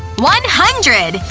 one hundred!